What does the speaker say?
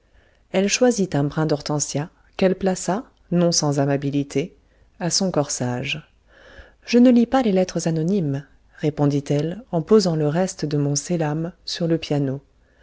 elle choisit un brin d'hortensia qu'elle plaça non sans amabilité à son corsage je ne lis pas les lettres anonymes répondit-elle en posant le reste de mon sélam sur le piano